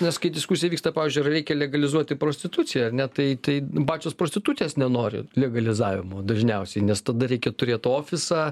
nes kai diskusija vyksta pavyzdžiui ar reikia legalizuoti prostituciją ar ne tai tai pačios prostitutės nenori legalizavimo dažniausiai nes tada reikia turėt ofisą